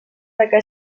beca